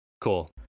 Cool